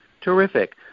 Terrific